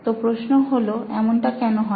তো প্রশ্ন হলো এমনটা কেন হয়